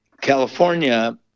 California